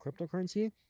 cryptocurrency